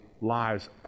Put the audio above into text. lives